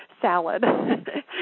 salad